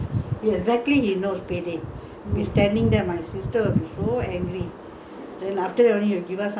then after that only he will give us some money pocket money you want to buy your personal things you go and buy but he will be waiting there